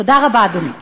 תודה רבה, אדוני.